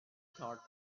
thought